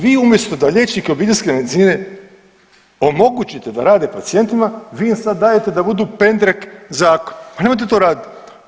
Vi umjesto da liječnike obiteljske medicine omogućite da rade s pacijentima vi im sad dajete da budu pendrek zakonu, pa nemojte to radit.